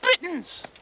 Britons